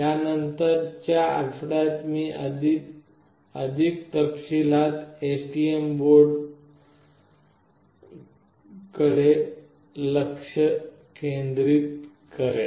यानंतर च्या आठवड्यात मी अधिक तपशीलात STM बोर्डावर लक्ष केंद्रित करेन